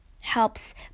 helps